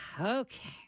Okay